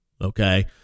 Okay